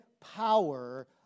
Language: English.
power